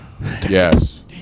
yes